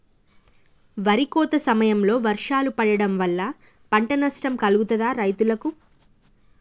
వరి కోత సమయంలో వర్షాలు పడటం వల్ల పంట నష్టం కలుగుతదా రైతులకు?